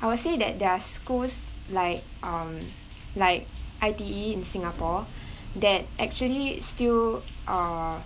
I will say that their schools like um like I_T_E in singapore that actually still uh